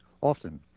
often